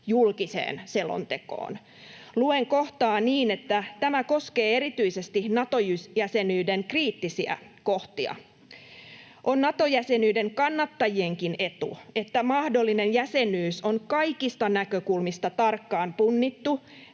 julkiseen selontekoon. Luen kohtaa niin, että tämä koskee erityisesti Nato-jäsenyyden kriittisiä kohtia. On Nato-jäsenyyden kannattajienkin etu, että mahdollinen jäsenyys on kaikista näkökulmista tarkkaan punnittu